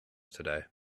today